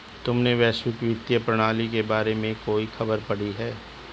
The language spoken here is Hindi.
तुमने वैश्विक वित्तीय प्रणाली के बारे में कोई खबर पढ़ी है?